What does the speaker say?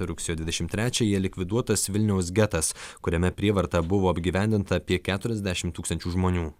rugsėjo dvidešimt trečiąją likviduotas vilniaus getas kuriame prievarta buvo apgyvendinta apie keturiasdešimt tūkstančių žmonių